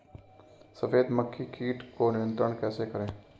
सफेद मक्खी कीट को नियंत्रण कैसे करें?